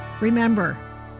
Remember